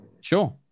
sure